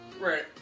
Right